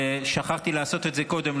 שכחתי לעשות את זה קודם,